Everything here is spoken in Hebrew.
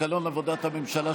תקנון עבודת הממשלה,